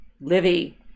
livy